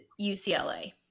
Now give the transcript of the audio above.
UCLA